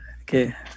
Okay